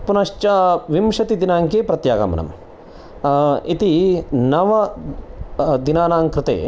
पुनश्च विंशतिदिनाङ्के प्रत्यागमनं इति नवदिनानां कृते